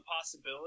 possibility